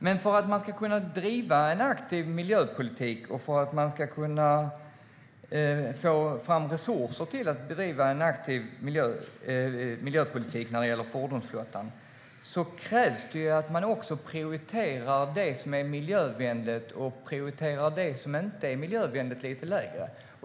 Men för att man ska kunna driva en aktiv miljöpolitik och för att man ska kunna få fram resurser till att driva en aktiv miljöpolitik när det gäller fordonsflottan krävs det att man också prioriterar det som är miljövänligt och prioriterar det som inte är miljövänligt lite lägre.